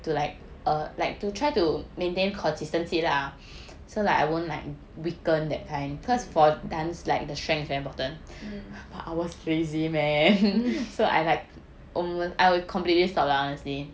mm mm